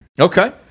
okay